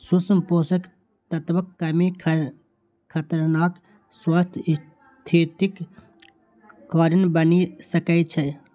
सूक्ष्म पोषक तत्वक कमी खतरनाक स्वास्थ्य स्थितिक कारण बनि सकै छै